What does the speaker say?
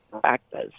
practice